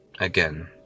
again